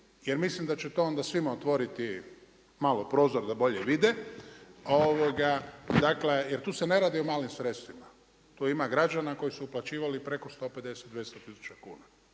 jer mislim da će to onda svima otvoriti malo prozor da bolje vide. Dakle, jer tu se ne radi o malim sredstvima. Tu ima građana koji su uplaćivali preko 150, 200 tisuća kuna.